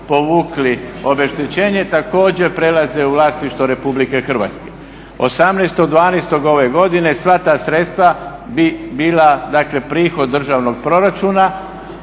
povukli obeštećenje također prelaze u vlasništvo RH. 18.12.ove godine sva ta sredstva bi bila dakle prihod državnog proračuna.